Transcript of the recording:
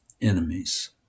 enemies